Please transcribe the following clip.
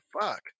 fuck